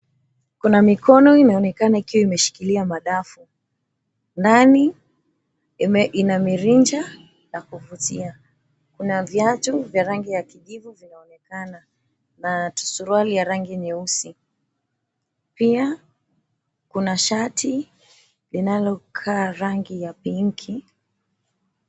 Kuna mikono imeonekana ikiwa imeshikilia madafu ndani ina mirija ya kuvutia. Kuna viatu vya rangi ya kijivu vinaonekana na suruali ya rangi nyeupe. Pia kuna shati inalokaa rangi ya pinki.